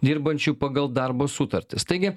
dirbančių pagal darbo sutartis taigi